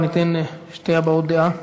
ניתן להביע עוד דעה.